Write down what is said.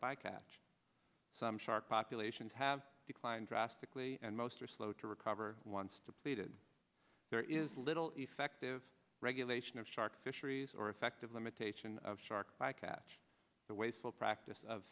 bycatch some shark populations have declined drastically and most are slow to recover once depleted there is little effective regulation of shark fisheries or effective limitation of shark bycatch the wasteful practice of